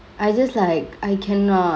I just like I cannot